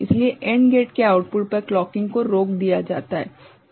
इसलिए AND gate के output पर क्लॉकिंग को रोक दिया जाता है क्या यह ठीक है